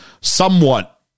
Somewhat